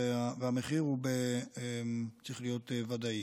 והמחיר צריך להיות ודאי.